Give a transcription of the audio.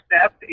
step